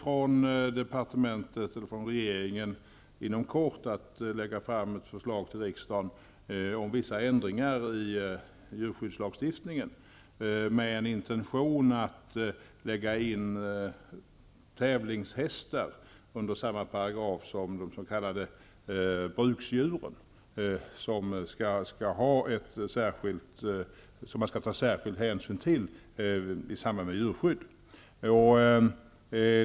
Regeringen kommer inom kort att lägga fram förslag till riksdagen om vissa ändringar i djurskyddslagstiftningen, med en intention om att lägga in tävlingshästar under samma paragraf som de s.k. bruksdjuren som särskild hänsyn skall tas till i samband med djurskydd.